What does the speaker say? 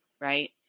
right